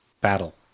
battle